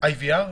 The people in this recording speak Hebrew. IVR?